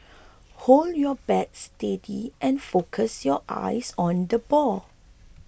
hold your bat steady and focus your eyes on the ball